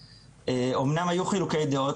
אומנם היו חלוקי דעות,